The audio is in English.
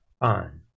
on